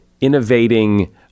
innovating